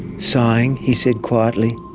sighing he said quietly,